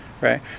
right